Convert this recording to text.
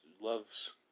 Loves